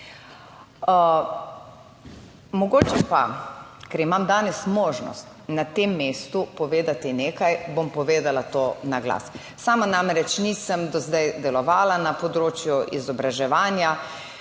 Mogoče pa, ker imam danes možnost na tem mestu povedati nekaj, bom povedala to na glas. Sama namreč nisem do zdaj delovala na področju izobraževanja,